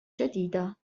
جديدة